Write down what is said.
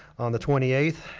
on the twenty eighth,